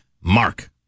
Mark